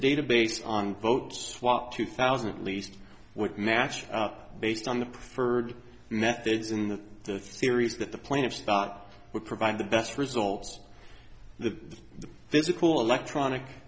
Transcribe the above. database on both swap two thousand and least would match up based on the preferred method is in the series that the point of spot would provide the best results the physical electronic